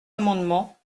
amendement